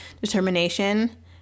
determination